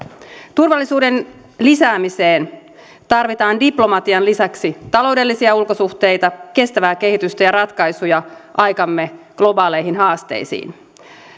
turvallisuuden lisäämiseen tarvitaan diplomatian lisäksi taloudellisia ulkosuhteita kestävää kehitystä ja ratkaisuja aikamme globaaleihin haasteisiin